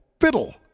Fiddle